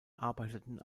arbeiteten